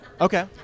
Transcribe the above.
Okay